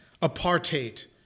apartheid